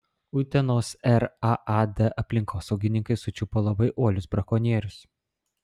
utenos raad aplinkosaugininkai sučiupo labai uolius brakonierius